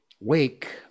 Wake